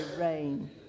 rain